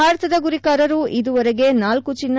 ಭಾರತದ ಗುರಿಕಾರರು ಇದುವರೆಗೆ ನಾಲ್ಕು ಚಿನ್ನ